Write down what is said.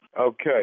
Okay